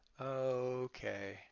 Okay